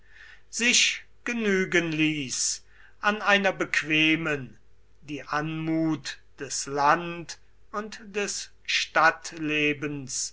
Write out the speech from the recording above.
sich genügen ließ an einer bequemen die anmut des land und des stadtlebens